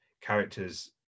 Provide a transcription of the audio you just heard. characters